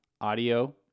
audio